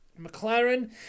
McLaren